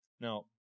Now